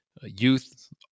Youth